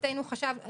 בבקשה.